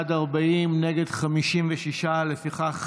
40, נגד, 56. לפיכך,